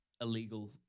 illegal